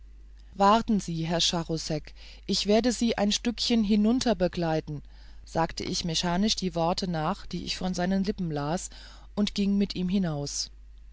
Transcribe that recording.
warten sie herr charousek ich werde sie ein stückchen hinunterbegleiten sagte ich mechanisch die worte nach die ich von seinen lippen las und ging mit ihm hinaus